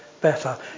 better